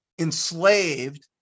enslaved